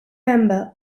member